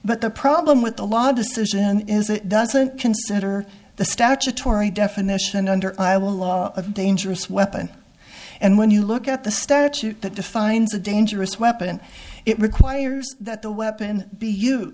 but the problem with the law decision is it doesn't consider the statutory definition under iowa law a dangerous weapon and when you look at the start that defines a dangerous weapon it requires that the weapon b